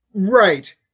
Right